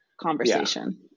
Conversation